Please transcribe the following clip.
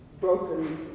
broken